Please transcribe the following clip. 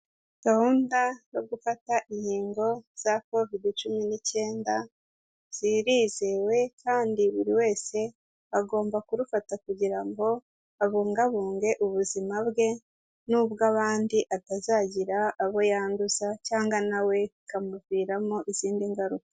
Gahunda yo gufata inkingo za Kovide cumi n'icyenda, zirizewe kandi buri wese agomba kurufata kugira ngo abungabunge ubuzima bwe n'ubw'abandi, atazagira abo yanduza cyangwa nawe bikamuviramo izindi ngaruka.